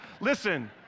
Listen